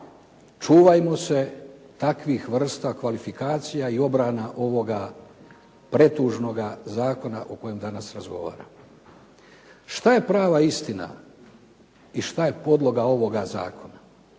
Čuvajmo se takvih vrsta kvalifikacija i obrana ovoga pretužnoga zakona o kojem danas razgovaramo. Šta je prava istina i šta je podloga ovoga zakona?